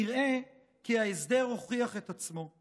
נראה כי ההסדר הוכיח את עצמו.